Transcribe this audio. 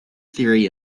theory